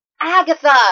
Agatha